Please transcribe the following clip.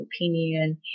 opinion